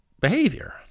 behavior